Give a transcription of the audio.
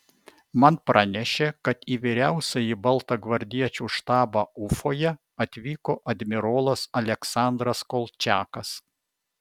man pranešė kad į vyriausiąjį baltagvardiečių štabą ufoje atvyko admirolas aleksandras kolčiakas